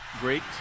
Great